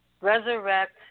Resurrect